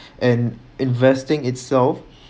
and investing itself